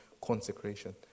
consecration